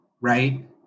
right